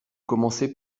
commencez